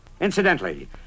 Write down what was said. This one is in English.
Incidentally